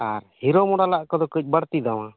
ᱟᱨ hero ᱢᱚᱰᱮᱞᱟᱜ ᱠᱚᱫᱚ ᱠᱟᱹᱡ ᱵᱟᱹᱲᱛᱤ ᱫᱟᱢᱟ